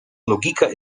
logikę